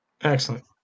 Excellent